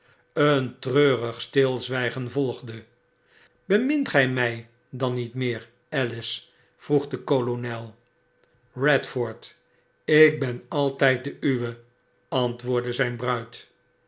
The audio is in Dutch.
een trfturig stilzwygen volgde bemint gij my dan niet meer alice vroeg de kolonel redforth ik ben altijd de uwe antwoordde zyn bruid